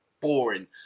boring